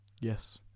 yes